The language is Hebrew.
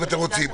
אם אתם רוצים.